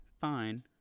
fine